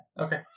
okay